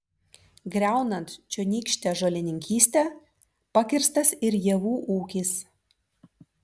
griaunant čionykštę žolininkystę pakirstas ir javų ūkis